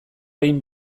behin